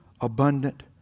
abundant